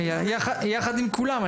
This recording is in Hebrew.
יחד עם כולם.